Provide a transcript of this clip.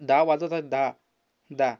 दहा वाजत आहेत दहा दहा